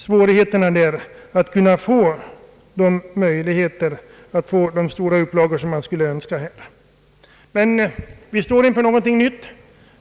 Svårigheten är att kunna få de stora upplagor som man skulle önska. Vi står emellertid inför någonting nytt.